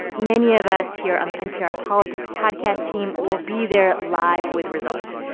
many of us here on the npr politics podcast team will be there live with results.